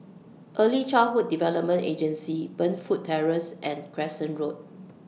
Early Childhood Development Agency Burnfoot Terrace and Crescent Road